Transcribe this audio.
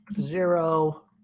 zero